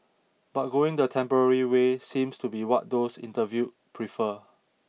but going the temporary way seems to be what those interviewed prefer